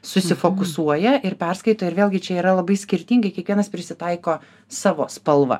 susifokusuoja ir perskaito ir vėlgi čia yra labai skirtingai kiekvienas prisitaiko savo spalvą